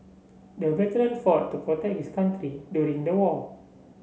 the veteran fought to protect his country during the war